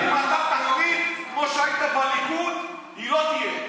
אם אתה תחליט, כמו כשהיית בליכוד, היא לא תהיה.